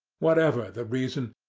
whatever the reason,